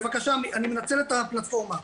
אני מנצל את הפלטפורמה.